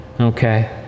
okay